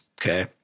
okay